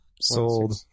sold